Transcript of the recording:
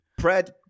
Pred